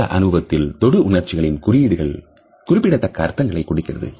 உலக அனுபவத்தில் தொடு உணர்வுகளின் குறியீடுகள் குறிப்பிடத்தக்க அர்த்தங்களை கொடுக்கிறது